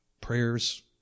prayers